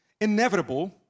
inevitable